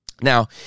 now